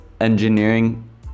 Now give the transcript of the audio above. engineering